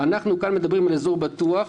כאן אנחנו מדברים על "אזור בטוח",